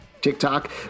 TikTok